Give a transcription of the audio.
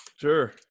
sure